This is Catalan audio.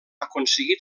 aconseguit